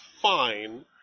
fine